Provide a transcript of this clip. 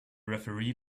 referee